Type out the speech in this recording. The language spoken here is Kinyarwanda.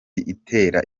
itera